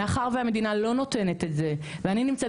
מאחר והמדינה לא נותנת את זה ואני נמצאת